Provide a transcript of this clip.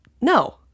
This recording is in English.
no